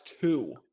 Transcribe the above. two